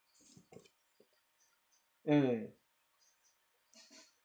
mm